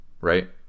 right